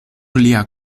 lia